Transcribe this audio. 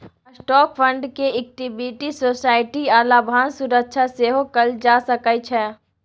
stock fund के equity security आ लाभांश सुरक्षा सेहो कहल जा सकइ छै